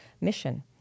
mission